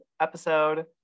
episode